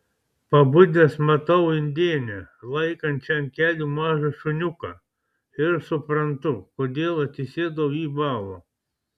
pabudęs matau indėnę laikančią ant kelių mažą šuniuką ir suprantu kodėl atsisėdau į balą